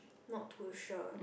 not too sure